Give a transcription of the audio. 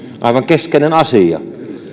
aivan keskeinen asia